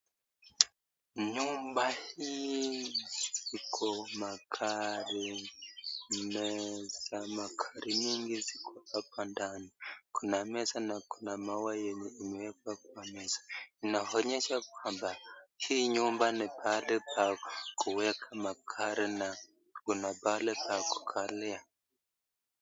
Nyumba hii iko magari nyingi ziko hapa ndani, kuna meza na maua yenye yameekwa kwa meza , inaonyesha kwamba hii nyumba ni pahali pa kuweka magari na kuna pahali pa kukaklia